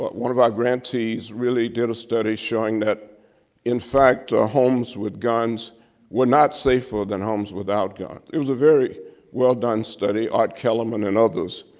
but one of our grantees really did a study showing that in fact ah homes with guns were not safer than homes without guns. it was a very well done study, art kellerman and others,